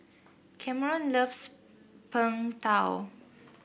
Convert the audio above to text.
Kameron loves Png Tao